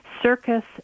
circus